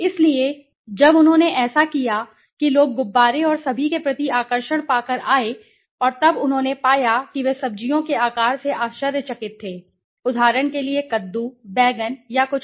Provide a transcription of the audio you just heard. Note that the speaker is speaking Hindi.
इसलिए जब उन्होंने ऐसा किया कि लोग गुब्बारे और सभी के प्रति आकर्षण पाकर आए और तब उन्होंने पाया कि वे सब्जियों के आकार से आश्चर्यचकित थे उदाहरण के लिए कद्दू बैंगन या कुछ और